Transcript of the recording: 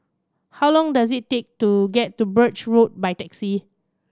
how long does it take to get to Birch Road by taxi